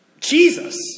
Jesus